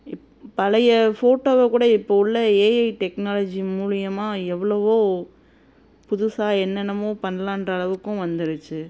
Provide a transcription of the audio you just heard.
பழைய ஃபோட்டோவை கூட இப்போ உள்ள ஏஐ டெக்னாலஜி மூலிமா எவ்வளவோ புதுசாக என்னென்னமோ பண்ணலான்ற அளவுக்கும் வந்துடுச்சி